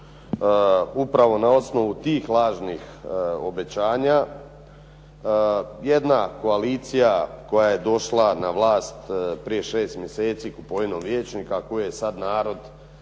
upravo na osnovu tih lažnih obećanja jedna koalicija koja je došla na vlast prije šest mjeseci kupovinom rječnika koji je sad narod